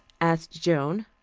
asked joan.